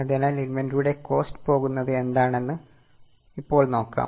അതിനാൽ ഇന്വെന്ററിയുടെ കോസ്റ്റ് പോകുന്നത് എന്താണെന്ന് ഇപ്പോൾ നോക്കാം